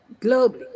globally